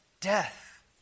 death